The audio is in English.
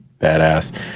badass